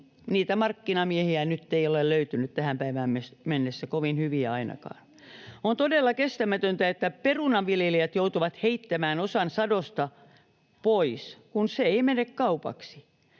niitä markkinamiehiä nyt ei ole löytynyt tähän päivään mennessä, kovin hyviä ainakaan. On todella kestämätöntä, että perunanviljelijät joutuvat heittämään osan sadosta pois, kun se ei mene kaupaksi.